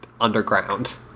Underground